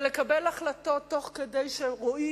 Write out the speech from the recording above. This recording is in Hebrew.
ולקבל החלטות כשרואים